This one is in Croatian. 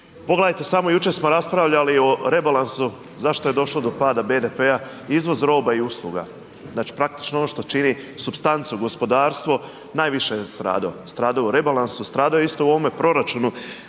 Pogledajte samo jučer smo raspravljali o rebalansu, zašto je došlo do pada BDP-a, izvoz roba i usluga, znači praktično ono što čini supstancu gospodarstvo, najviše je stradao, stradao u rebalansu, stradao je isto u ovome proračunu,